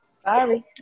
Sorry